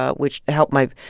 ah which helped my